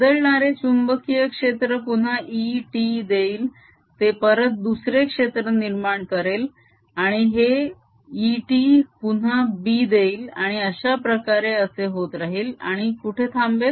बदलणारे चुंबकीय क्षेत्र पुन्हा E t देईल ते परत दुसरे क्षेत्र निर्माण केरल आणि हे E t पुन्हा B देईल आणि अश्याप्रकारे असे होत राहील आणि कुठे थांबेल